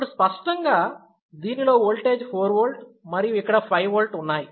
ఇప్పుడు స్పష్టంగా దీనిలో ఓల్టేజ్ 4V మరియు ఇక్కడ 5V ఉన్నాయి